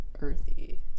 earthy